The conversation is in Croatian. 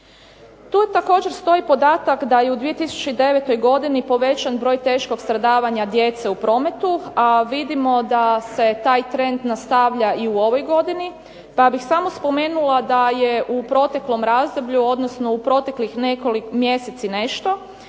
Tu također stoji i podatak da je u 2009. godini povećan broj teškog stradavanja djece u prometu, a vidimo da se taj trend nastavlja i u ovoj godini, pa bih samo spomenula da je u proteklom razdoblju, odnosno u proteklih mjesec i nešto